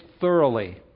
thoroughly